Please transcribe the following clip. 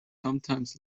sometimes